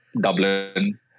Dublin